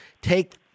take